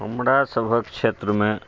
हमरा सभहक क्षेत्रमे